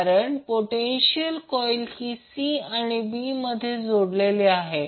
कारण potential coil ही c आणि b मध्ये जोडलेली आहे